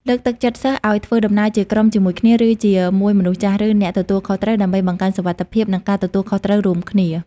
លើកទឹកចិត្តសិស្សឱ្យធ្វើដំណើរជាក្រុមជាមួយគ្នា ឬជាមួយមនុស្សចាស់ ឬអ្នកទទួលខុសត្រូវ ដើម្បីបង្កើនសុវត្ថិភាព និងការទទួលខុសត្រូវរួមគ្នា។